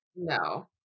No